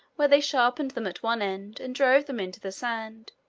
where they sharpened them at one end and drove them into the sand,